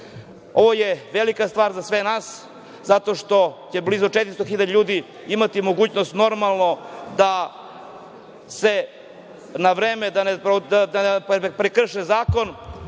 je velika stvar za sve nas zato što će blizu 400.000 ljudi imati mogućnost da se na vreme, da ne prekrše zakon,